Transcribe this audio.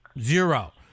Zero